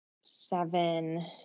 seven